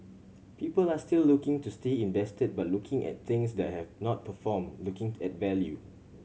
people are still looking to stay invested but looking at things that have not performed looking at value